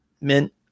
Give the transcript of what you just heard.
mint